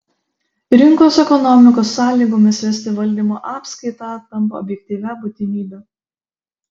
rinkos ekonomikos sąlygomis vesti valdymo apskaitą tampa objektyvia būtinybe